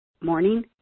morning